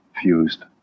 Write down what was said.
fused